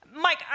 Mike